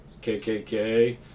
KKK